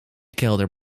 kelder